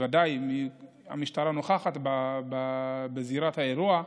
אם המשטרה נוכחת בזירת האירוע,